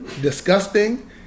disgusting